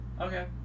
Okay